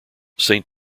saint